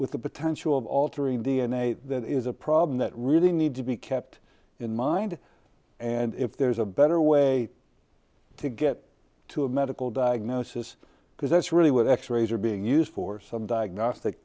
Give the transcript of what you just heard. with the potential of altering d n a that is a problem that really need to be kept in mind and if there's a better way to get to a medical diagnosis because that's really what x rays are being used for some diagnostic